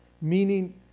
Meaning